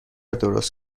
درست